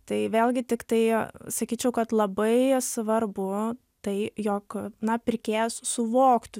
tai vėlgi tiktai sakyčiau kad labai svarbu tai jog na pirkėjas suvoktų